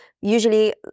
usually